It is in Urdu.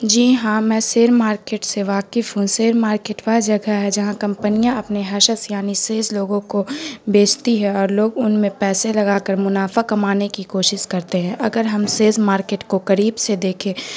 جی ہاں میں شیئر مارکیٹ سے واقف ہوں شیئر مارکیٹ وہ جگہ ہے جہاں کمپنیاں اپنے حشس یعنی سیز لوگوں کو بیچتی ہے اور لوگ ان میں پیسے لگا کر منافع کمانے کی کوشش کرتے ہیں اگر ہم شیز مارکیٹ کو قیب سے دیکھے